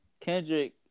Kendrick